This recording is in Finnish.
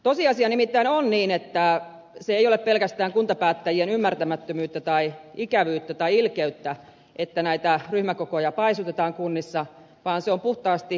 tosiasia nimittäin on niin että se ei ole pelkästään kuntapäättäjien ymmärtämättömyyttä tai ikävyyttä tai ilkeyttä että näitä ryhmäkokoja paisutetaan kunnissa vaan se on puhtaasti rahakysymys